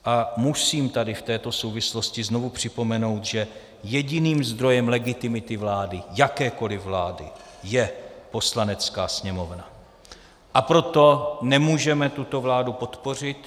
A musím tady v této souvislosti znovu připomenout, že jediným zdrojem legitimity vlády, jakékoli vlády, je Poslanecká sněmovna, a proto nemůžeme tuto vládu podpořit.